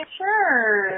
sure